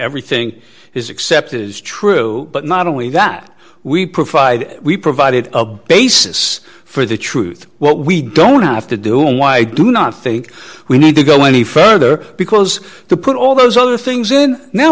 everything is accepted as true but not only that we provide we provided a basis for the truth what we don't have to do and why i do not think we need to go any further because to put all those other things in now